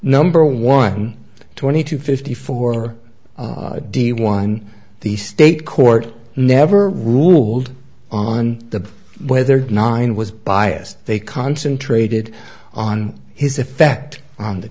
number one twenty two fifty four d one the state court never ruled on the whether nine was biased they concentrated on his effect on the